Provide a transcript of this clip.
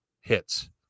hits